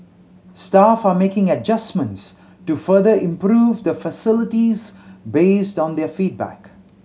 staff are making adjustments to further improve the facilities based on their feedback